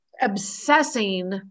obsessing